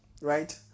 Right